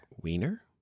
Wiener